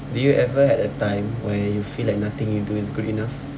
do you ever had a time where you feel like nothing you do is good enough